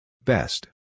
Best